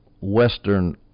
western